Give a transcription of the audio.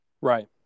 Right